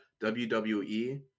WWE